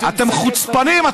אתם חוצפנים.